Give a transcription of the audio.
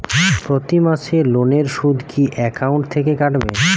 প্রতি মাসে লোনের সুদ কি একাউন্ট থেকে কাটবে?